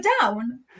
down